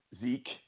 Zeke